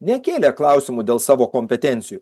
nekėlė klausimų dėl savo kompetencijų